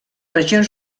regions